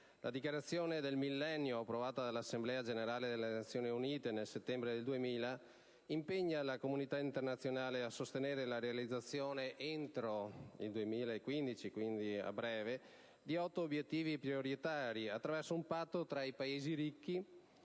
La Dichiarazione del Millennio, approvata dall'Assemblea generale delle Nazioni Unite nel settembre del 2000, impegna la comunità internazionale a sostenere la realizzazione, entro il 2015 e quindi a breve, di otto obiettivi prioritari attraverso un patto tra Paesi ricchi